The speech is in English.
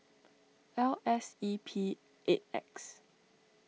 L S E P eight X